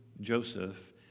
Joseph